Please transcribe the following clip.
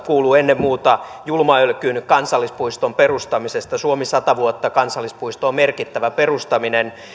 kuuluu ennen muuta julman ölkyn kansallispuiston perustamisesta suomi sata vuotta kansallispuiston perustaminen on merkittävä asia